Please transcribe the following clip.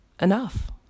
enough